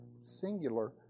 singular